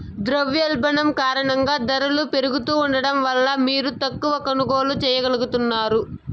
ద్రవ్యోల్బణం కారణంగా దరలు పెరుగుతా ఉండడం వల్ల మీరు తక్కవ కొనుగోల్లు చేయగలుగుతారు